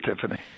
Tiffany